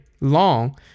long